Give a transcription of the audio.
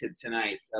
tonight